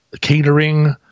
catering